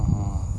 uh